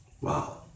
Wow